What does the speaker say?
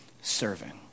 serving